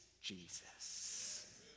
jesus